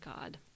God